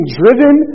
driven